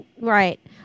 Right